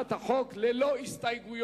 הצעת החוק ללא הסתייגויות.